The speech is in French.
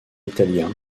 italien